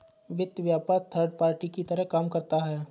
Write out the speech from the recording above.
वित्त व्यापार third party की तरह काम करता है